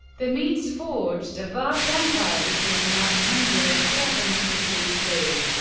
the medes forged a vast empire between nine hundred seven hundred bc,